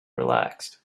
relaxed